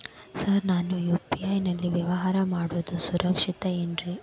Sir ನಾನು UPI ನಲ್ಲಿ ವ್ಯವಹಾರ ಮಾಡೋದು ಸುರಕ್ಷಿತ ಏನ್ರಿ?